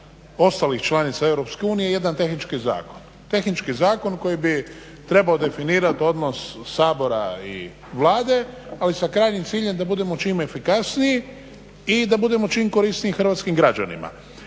ostalih članica Europske unije jedan tehnički zakon. Tehnički zakon koji bi trebao definirati odnos Sabora i Vlade ali sa krajnjim ciljem da budemo čim efikasniji i da budemo čim korisniji hrvatskim građanima.